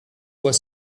were